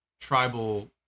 tribal